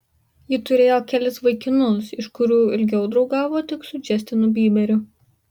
ji turėjo kelis vaikinus iš kurių ilgiau draugavo tik su džastinu byberiu